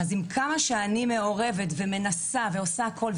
אני מעורבת ואני מנסה הכול,